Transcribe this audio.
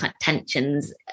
tensions